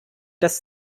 das